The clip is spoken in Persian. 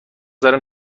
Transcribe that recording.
دارم